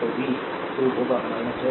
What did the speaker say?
तो वी 2 होगा 6 i